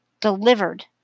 delivered